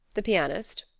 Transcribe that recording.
the pianist?